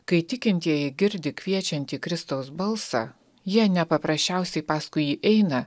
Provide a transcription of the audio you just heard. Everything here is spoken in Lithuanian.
kai tikintieji girdi kviečiantį kristaus balsą jie ne paprasčiausiai paskui jį eina